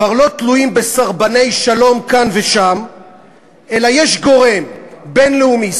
כבר לא תלויים בסרבני שלום כאן ושם אלא יש גורם בין-לאומי,